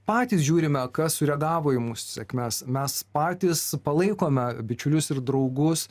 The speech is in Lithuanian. patys žiūrime kas sureagavo į mūsų sėkmes mes patys palaikome bičiulius ir draugus